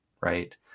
right